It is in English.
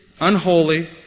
unholy